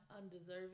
undeserving